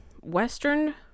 Western